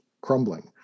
crumbling